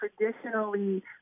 traditionally